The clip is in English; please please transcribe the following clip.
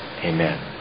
Amen